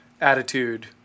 attitude